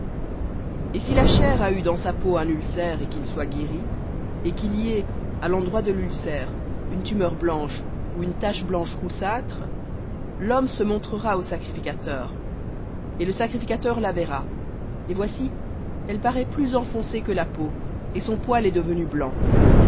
et si la chair a eu dans sa peau un ulcère et qu'il soit guéri et qu'il y ait à l'endroit de l'ulcère une tumeur blanche ou une tache blanche roussâtre se montrera au sacrificateur et le sacrificateur la verra et voici elle paraît plus enfoncée que la peau et son poil est devenu blanc